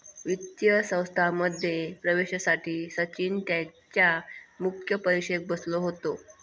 वित्तीय संस्थांमध्ये प्रवेशासाठी सचिन त्यांच्या मुख्य परीक्षेक बसलो होतो